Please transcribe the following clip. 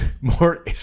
more